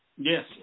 Yes